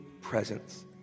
presence